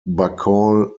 bacall